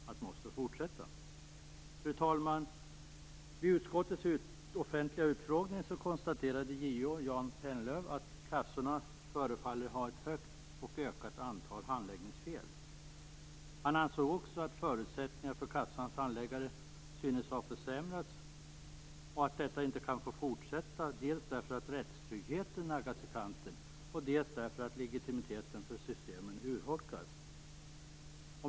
Fru talman! Vid utskottets offentliga utfrågning konstaterade JO, Jan Pennlöv, att kassorna förefaller ha ett högt och ökat antal handläggningsfel. Han ansåg också att förutsättningarna för kassans handläggare synes ha försämrats, och att detta inte kunde få fortsätta dels därför att rättstryggheten naggas i kanten, dels därför att legitimiteten för systemen urholkas.